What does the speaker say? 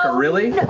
ah really?